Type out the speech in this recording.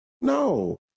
No